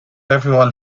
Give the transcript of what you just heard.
everyone